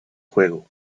juego